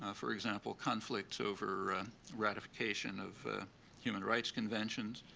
ah for example, conflicts over ratification of human rights conventions,